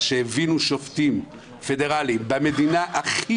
מה שהבינו שופטים פדרליים במדינה הכי